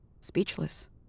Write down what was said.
Speechless